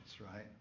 right